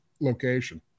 location